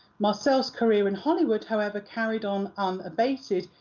marcel's career in hollywood however carried on unabated,